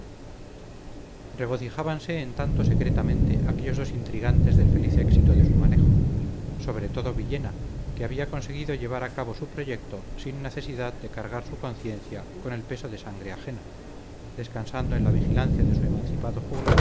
regocijábanse en tanto secretamente aquellos dos intrigantes del feliz éxito de su manejo sobre todo villena que había conseguido llevar a cabo su proyecto sin necesidad de cargar su conciencia con el peso de sangre ajena descansando en la vigilancia de su emancipado